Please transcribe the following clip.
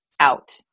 out